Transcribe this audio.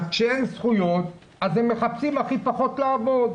וכשאין זכויות הם מחפשים הכי פחות לעבוד.